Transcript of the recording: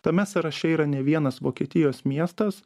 tame sąraše yra ne vienas vokietijos miestas